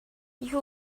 you